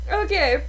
okay